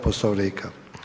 Poslovnika.